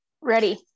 Ready